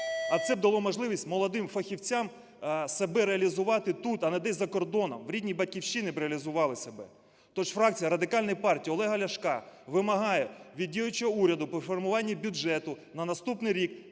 А це дало б можливість молодим фахівцям себе реалізувати тут, а не десь за кордоном, в рідній Батьківщині реалізували б себе. Тож фракція Радикальної фракції Олега Ляшка вимагає від діючого уряду при формуванні бюджету на наступний рік